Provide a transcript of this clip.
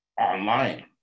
online